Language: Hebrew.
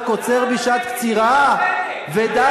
בואו נעמיק עוד קצת במקורות ונלך אחורה,